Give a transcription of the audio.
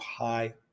high